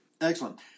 Excellent